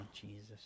Jesus